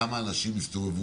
כמה אנשים יסתובבו,